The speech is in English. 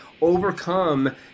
overcome